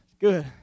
Good